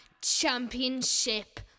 championship